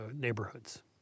neighborhoods